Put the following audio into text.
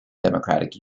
democratic